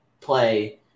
play